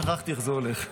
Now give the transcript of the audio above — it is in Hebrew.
שכחתי איך זה הולך.